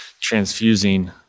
transfusing